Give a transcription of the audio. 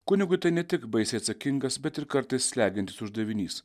kunigui tai ne tik baisiai atsakingas bet ir kartais slegiantis uždavinys